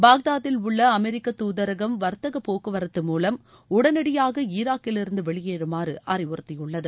பாக்தாதில் உள்ள அமெரிக்க தூதரகம் வர்த்தக போக்குவரத்து மூவம் உடனடியாக ஈராக்கிலிருந்து வெளியேறுமாறு அறிவுறுத்தியுள்ளது